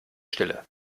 stille